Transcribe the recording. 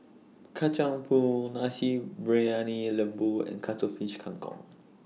Kacang Pool Nasi Briyani Lembu and Cuttlefish Kang Kong